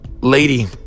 lady